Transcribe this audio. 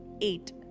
eight